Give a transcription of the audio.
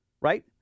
right